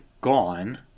gone